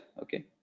Okay